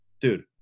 dude